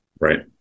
right